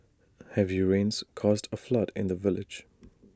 heavy rains caused A flood in the village